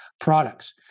products